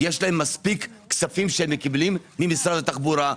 יש להם מספיק כספים שמקבלים ממשרד התחבורה,